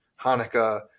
hanukkah